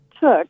took